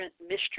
mystery